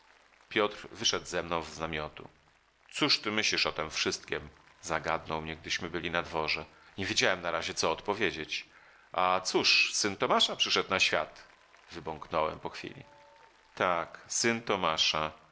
piotr wyszedł za mną z namiotu cóż ty myślisz o tem wszystkiem zagadnął mnie gdyśmy byli na dworze nie wiedziałem na razie co odpowiedzieć a cóż syn tomasza przyszedł na świat wybąknąłem po chwili tak syn tomasza